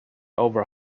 over